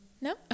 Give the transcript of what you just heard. No